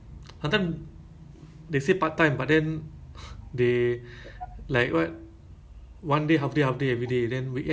they said that they said um they said okay monday to friday the timing is um I think